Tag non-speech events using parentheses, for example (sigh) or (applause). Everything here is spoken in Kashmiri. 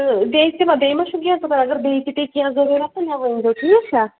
تہٕ بیٚیہِ (unintelligible) بیٚیہِ ما چھُ کیٚنٛہہ (unintelligible) اگر بیٚیہِ تہِ پیٚیہِ کیٚنٛہہ ضٔروٗرَتھ تہٕ مےٚ ؤنۍزیو ٹھیٖک چھا